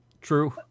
True